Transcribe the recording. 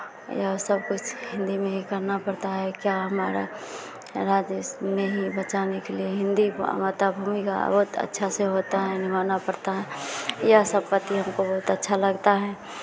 यह सब कुछ हिन्दी में ही करना पड़ता है क्या हमारा में ही बचाने के लिए हिन्दी माता भूमिका बहुत अच्छा से होता है निभाना पड़ता है यह सब करके हमको बहुत अच्छा लगता है